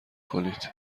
کنید